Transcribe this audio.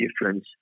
difference